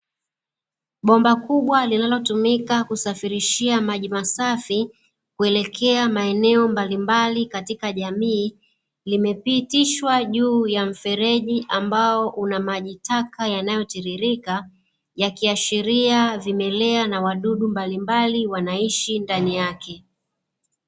Bomba kubwa linalotumika kusafirishia maji masafi kuelekea maeneo mbalimbali katika jamii, limepitishwa juu ya mfereji ambao una maji taka yanayotiririka, yakiashiria vimelea na wadudu mbalimbali wanaishi ndani yake.